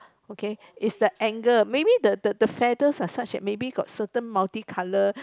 okay is the angle maybe the the feather are such that maybe got certain multi colour